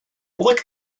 flick